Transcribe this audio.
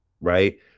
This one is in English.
right